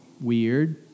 weird